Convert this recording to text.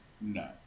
No